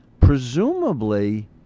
presumably